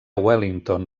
wellington